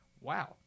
wow